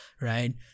right